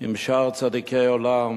עם שאר צדיקי עולם,